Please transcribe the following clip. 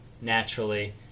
naturally